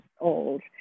old